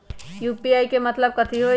UPI के मतलब कथी होई?